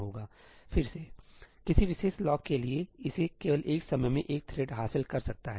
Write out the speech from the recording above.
ताकि फिर से किसी विशेष लॉक के लिए इसे केवल एक समय में एक थ्रेड हासिल कर सकता है